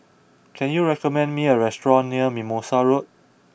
can you recommend me a restaurant near Mimosa Road